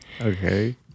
Okay